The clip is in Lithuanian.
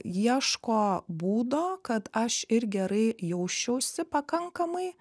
ieško būdo kad aš ir gerai jausčiausi pakankamai